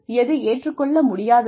எது ஏற்றுக்கொள்ள முடியாதது